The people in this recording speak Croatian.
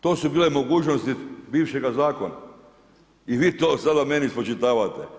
To su bile mogućnosti bivšega zakona i vi to sada meni spočitavate.